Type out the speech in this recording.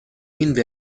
این